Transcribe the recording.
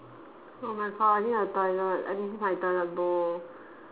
oh my god I need a toilet I miss my toilet bowl